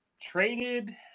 traded